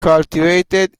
cultivated